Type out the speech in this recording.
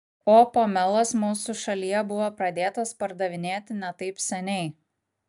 o pomelas mūsų šalyje buvo pradėtas pardavinėti ne taip seniai